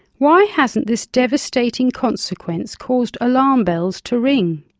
why hasn't this devastating consequence caused alarm bells to ring?